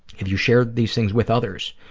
have you shared these things with others?